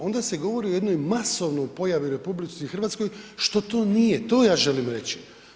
Onda se govori o jednoj masovnoj pojavi u RH što to nije, to ja želim reći.